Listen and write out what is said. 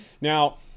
Now